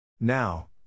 Now